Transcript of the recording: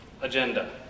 agenda